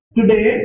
Today